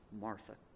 Martha